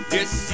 Yes